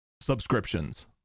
subscriptions